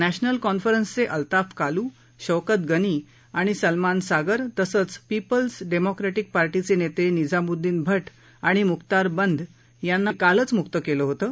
नामिल कॉन्फरन्सचे अल्ताफ कालू शौकत गनी आणि सलमान सागर तसंच पीपल्स डेमॉक्री कि पा चे नेते निझामुद्दिन भ आणि मुखतार बंध यांना मुक्त केलं होतं